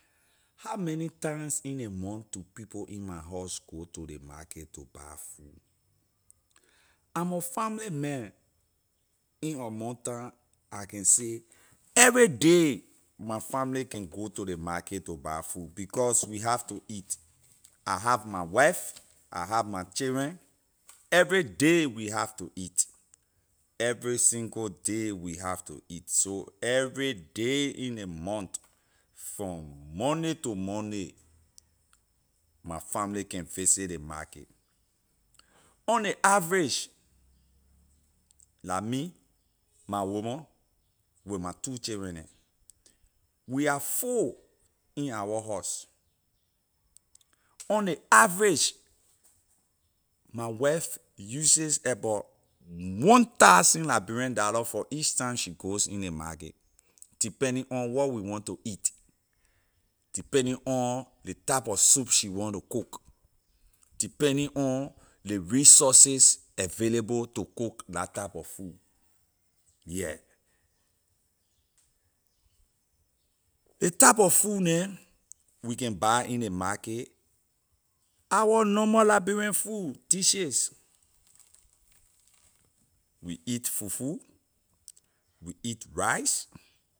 How many times in ley month do people in my house go to ley market to buy food, i’m a family man in a month time I can say everyday my family can go to ley market to buy food because we have to eat I have my wife I have my children everyday we have to eat every single day we have to eat so everyday in ley month from monday to monday my family can visit ley markay on ley average la me my woman with my two children neh we are four in our house on ley average my wife uses abor one thousand liberian dollar for each time she go to ley markay depending on wor we want to eat depending on ley type of soup she want to cook depending on ley resources available to cook la type of food yeah ley type of food neh we can buy in ley market our normal liberian food dishes we eat fufu we eat rice